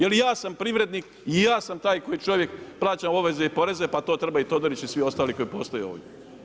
Jer ja sam privrednik i ja sam taj koji čovjek plaća obveze i poreze pa to treba i Todorić i svi ostali koji postaje ovdje.